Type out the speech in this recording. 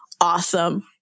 Awesome